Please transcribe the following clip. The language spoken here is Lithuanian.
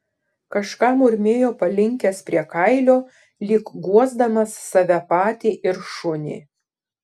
kažką murmėjo palinkęs prie kailio lyg guosdamas save patį ir šunį